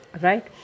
right